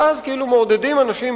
ואז כאילו מעודדים אנשים,